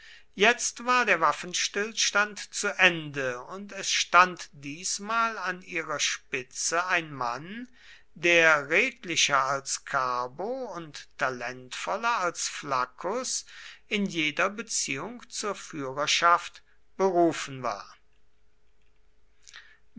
jetzt war der waffenstillstand zu ende und es stand diesmal an ihrer spitze ein mann der redlicher als carbo und talentvoller als flaccus in jeder beziehung zur führerschaft berufen war